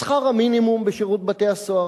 שכר המינימום בשירות בתי-הסוהר,